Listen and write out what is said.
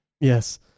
yes